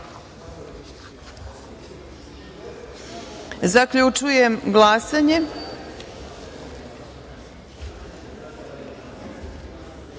se. Zaključujem glasanje: